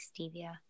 stevia